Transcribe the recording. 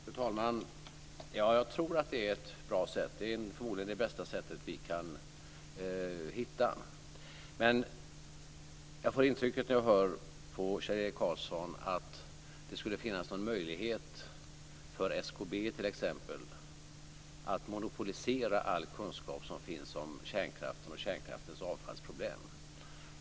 Fru talman! Ja, jag tror att det är ett bra sätt. Det är förmodligen det bästa sättet vi kan hitta. Men jag får när jag hör på Kjell-Erik Karlsson intrycket att det skulle finnas någon möjlighet för SKB, t.ex., att monopolisera all kunskap som finns om kärnkraften och kärnkraftens avfallsproblem.